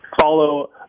follow